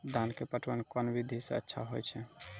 धान के पटवन कोन विधि सै अच्छा होय छै?